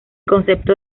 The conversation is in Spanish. concepto